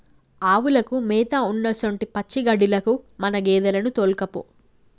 ఆవులకు మేత ఉన్నసొంటి పచ్చిగడ్డిలకు మన గేదెలను తోల్కపో